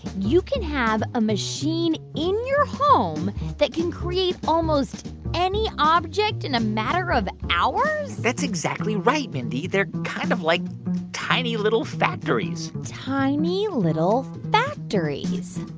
you can have a machine in your home that can create almost any object in a matter of hours? that's exactly right, mindy. they're kind of like tiny, little factories tiny little factories